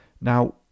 Now